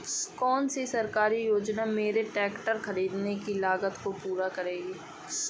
कौन सी सरकारी योजना मेरे ट्रैक्टर ख़रीदने की लागत को पूरा करेगी?